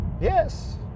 yes